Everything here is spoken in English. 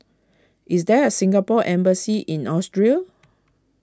is there a Singapore Embassy in Austria